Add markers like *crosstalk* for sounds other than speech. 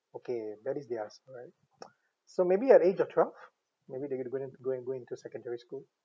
okay that is theirs alright *noise* so maybe at age of twelve maybe they got to go in go in go in to secondary school